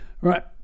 right